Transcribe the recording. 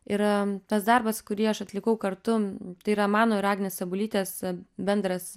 yra tas darbas kurį aš atlikau kartu tai yra mano ir agnės sabulytės bendras